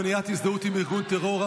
מניעת הזדהות עם ארגון טרור),